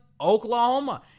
Oklahoma